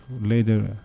later